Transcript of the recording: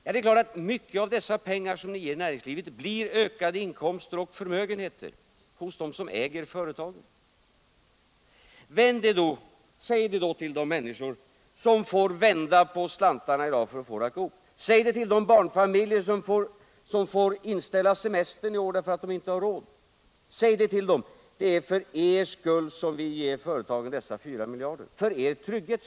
Det är klart att stora delar av dessa pengar som ni ger näringslivet blir ökade inkomster och förmögenheter för dem som äger företagen. Vänd er till de människor som i dag får vända på slantarna för att få det att gå ihop, till de barnfamiljer som får ställa in semestern i år, därför att de inte har råd och säg: Det är för er skull som vi ger företagen dessa fyra miljarder, för er trygghet.